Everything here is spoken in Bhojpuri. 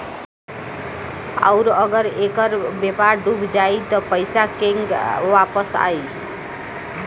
आउरु अगर ऐकर व्यापार डूब जाई त पइसा केंग वापस आई